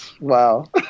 wow